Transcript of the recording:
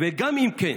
וגם אם כן,